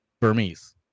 Burmese